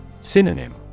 Synonym